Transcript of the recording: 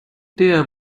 der